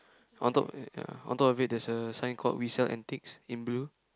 on top ya on top of it there is a sign called resell antiques in blue